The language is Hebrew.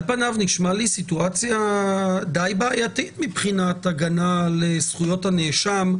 על פניו זה נשמע לי סיטואציה די בעייתית מבחינת הגנה על זכויות הנאשם,